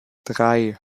drei